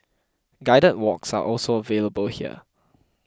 guided walks are also available here